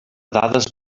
dades